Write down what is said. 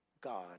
God